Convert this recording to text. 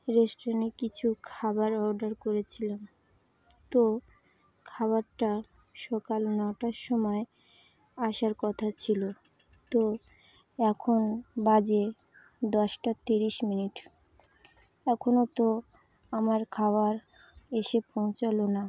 রেস্টুরেন্টে কিছু খাবার অর্ডার করেছিলাম তো খাবারটা সকাল নটার সময় আসার কথা ছিলো তো এখন বাজে দশটা তিরিশ মিনিট এখনো তো আমার খাবার এসে পৌঁছালো না